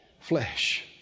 flesh